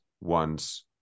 one's